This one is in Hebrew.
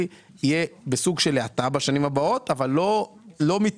יהיה בסוג של האטה בשנים הבאות אבל לא מיתון.